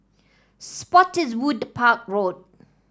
Spottiswoode Park Road